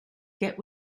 get